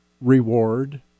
reward